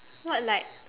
what light